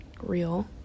real